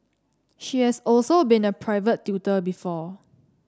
she has also been a private tutor before